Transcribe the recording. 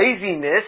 laziness